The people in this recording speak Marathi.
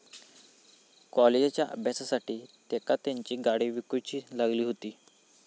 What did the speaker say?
कॉलेजच्या अभ्यासासाठी तेंका तेंची गाडी विकूची लागली हुती